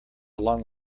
along